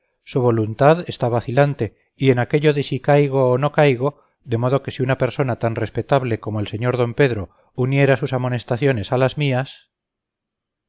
su voluntad está vacilante y en aquello de si caigo o no caigo de modo que si una persona tan respetable como el sr d pedro uniera sus amonestaciones a las mías